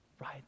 right